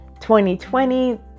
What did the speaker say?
2020